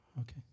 Okay